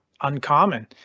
uncommon